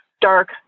dark